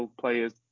players